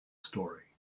story